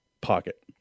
pocket